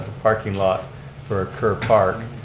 parking lot for ah ker park.